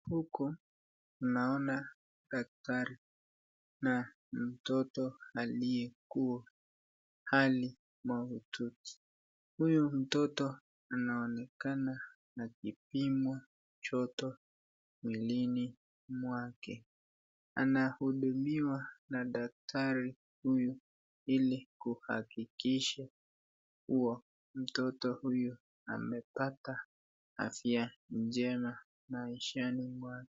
Huku naona daktari na mtoto aliyekuwa hali mahututi. Huyu mtoto anaonekana akipimwa joto mwilini mwake anahudumiwa na daktari huyu ili kuhakikisha kuwa mtoto huyu amepata afya njema maishani mwake.